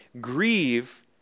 grieve